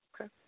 Okay